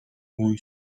voice